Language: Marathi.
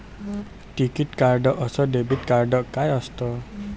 टिकीत कार्ड अस डेबिट कार्ड काय असत?